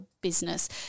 business